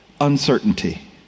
Uncertainty